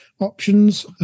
options